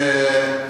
כן.